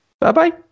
Bye-bye